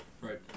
Right